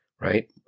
right